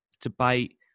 debate